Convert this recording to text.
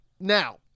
Now